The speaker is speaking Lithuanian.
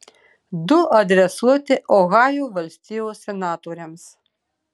du adresuoti ohajo valstijos senatoriams